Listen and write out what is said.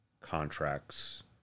contracts